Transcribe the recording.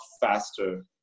faster